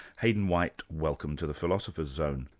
hayden white, welcome to the philosopher's zone.